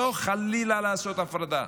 לא חלילה לעשות הפרדה,